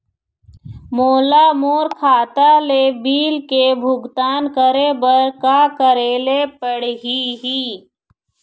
मोला मोर खाता ले बिल के भुगतान करे बर का करेले पड़ही ही?